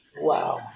Wow